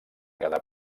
cada